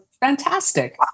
fantastic